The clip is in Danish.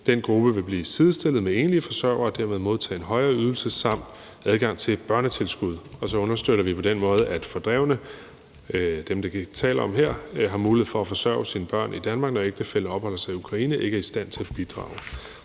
Den gruppe vil blive sidestillet med enlige forsørgere og dermed modtage en højere ydelse samt adgang til børnetilskud. Så understøtter vi på den måde, at de fordrevne, som vi taler om her, har mulighed for at forsørge sine børn i Danmark, når ægtefællen opholder sig i Ukraine og ikke er i stand til at bidrage.